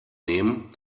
nehmen